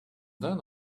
then